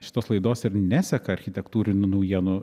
šitos laidos ir neseka architektūrinių naujienų